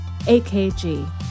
AKG